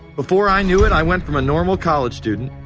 before i knew it, i went from a normal college student,